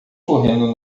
correndo